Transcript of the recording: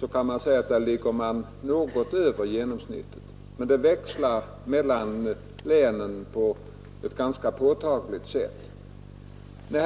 ligger siffrorna däremot något över genomsnittet. Förhållandena växlar på ett ganska påtagligt sätt från län till län.